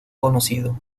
conocido